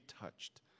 touched